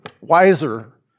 wiser